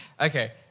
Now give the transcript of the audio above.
Okay